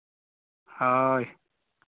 ᱦᱳᱭ